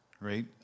right